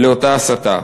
לאותה הסתה.